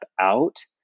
out